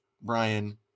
Brian